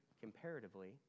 comparatively